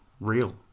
real